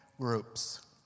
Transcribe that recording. groups